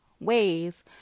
ways